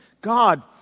God